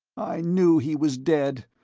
i knew he was dead!